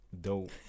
dope